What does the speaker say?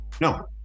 No